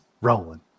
rolling